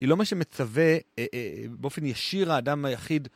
היא לא מה שמצווה באופן ישיר האדם היחיד.